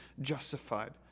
justified